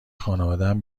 خانوادهام